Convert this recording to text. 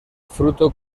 fruto